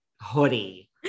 hoodie